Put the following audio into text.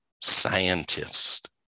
scientist